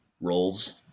roles